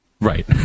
Right